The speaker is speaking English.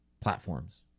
platforms